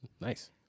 Nice